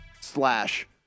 slash